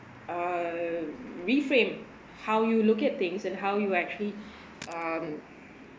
err reframe how you look at things and how you actually um